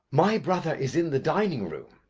my brother is in the dining-room?